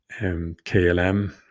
KLM